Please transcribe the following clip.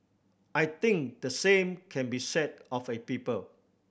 I think the same can be said of a people